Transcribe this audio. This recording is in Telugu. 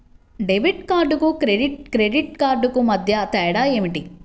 డెబిట్ కార్డుకు క్రెడిట్ క్రెడిట్ కార్డుకు మధ్య తేడా ఏమిటీ?